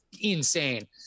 insane